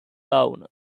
town